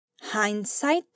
Hindsight